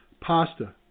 pasta